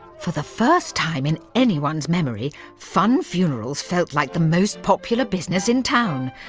for the first time in anyone's memory, funn funerals felt like the most popular business in town.